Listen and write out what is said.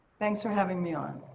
thanks for having me on.